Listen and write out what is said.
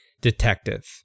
detective